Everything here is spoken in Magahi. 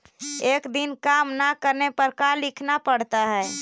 एक दिन काम न करने पर का लिखना पड़ता है?